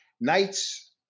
nights